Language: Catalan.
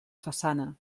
façana